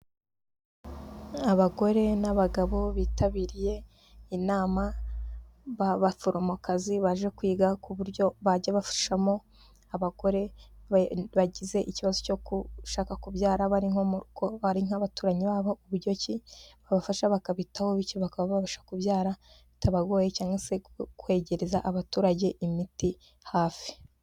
Abagore n'abagabo bitabiriye inama b'abaforomokazi baje kwiga ku buryo bajya bafashamo abagore bagize ikibazo cyo gushaka kubyara bari nko mu rugo, ari nk'abaturanyi babo uburyo ki babafasha bakabitaho bityo bakaba babasha kubyara bitabagoye cyangwa se kwegereza abaturage imiti hafi.